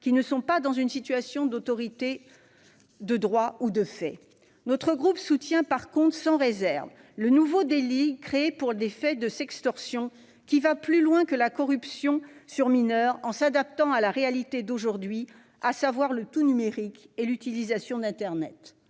qui ne sont pas dans une situation d'autorité, de droit ou de fait ? En revanche, notre groupe soutient sans réserve le nouveau délit créé pour des faits de « sextorsion », qui va plus loin que la corruption de mineur en s'adaptant à la réalité d'aujourd'hui, à savoir le tout-numérique et l'utilisation d'internet.